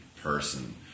person